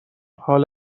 حال